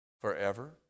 Forever